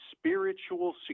spiritual